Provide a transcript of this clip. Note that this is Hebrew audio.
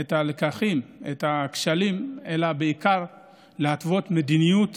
את הלקחים, את הכשלים, אלא בעיקר להתוות מדיניות